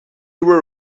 were